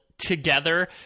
Together